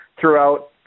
throughout